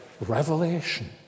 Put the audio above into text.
revelation